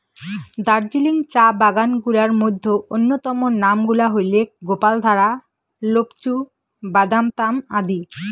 দার্জিলিং চা বাগান গুলার মইধ্যে অইন্যতম নাম গুলা হইলেক গোপালধারা, লোপচু, বাদামতাম আদি